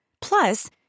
Plus